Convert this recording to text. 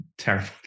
Terrible